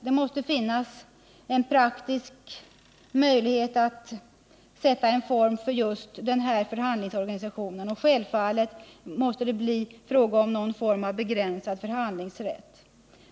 Det måste finnas en praktisk möjlighet att finna en form för just denna förhandlingsorganisation, och självfallet måste det bli fråga om någon form av begränsad förhandlingsrätt.